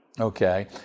Okay